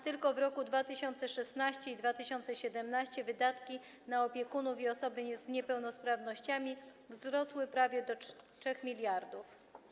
Tylko w latach 2016 i 2017 wydatki na opiekunów i osoby z niepełnosprawnościami wzrosły prawie do 3 mld.